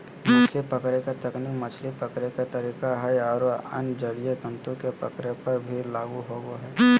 मछली पकड़े के तकनीक मछली पकड़े के तरीका हई आरो अन्य जलीय जंतु के पकड़े पर भी लागू होवअ हई